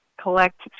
collect